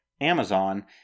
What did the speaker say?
Amazon